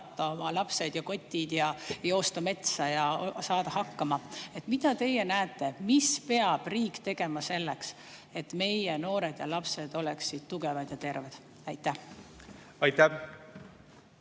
oma lapsed ja kotid, joosta metsa ja saada hakkama. Mida teie näete, mis peab riik tegema selleks, et meie noored ja lapsed oleksid tugevad ja terved? Aitäh,